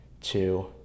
two